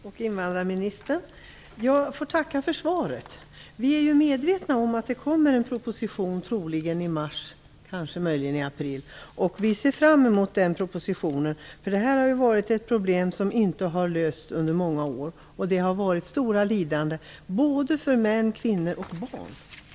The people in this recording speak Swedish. Fru talman! Invandrarministern! Jag får tacka för svaret. Vi är medvetna om att det skall läggas fram en proposition troligen i mars, möjligen i april. Vi ser fram emot den propositionen. Detta har varit ett problem som man under många år inte kunnat få fram en lösning till. Det har blivit ett omfattande lidande för både män, kvinnor och barn.